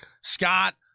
Scott